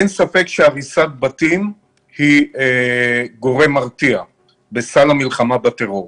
אין ספק שהריסת בתים היא גורם מרתיע בסל המלחמה בטרור.